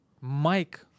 Mike